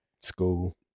School